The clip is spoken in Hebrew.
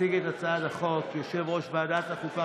יציג את הצעת החוק יושב-ראש ועדת החוקה,